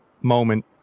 moment